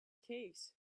case